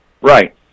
Right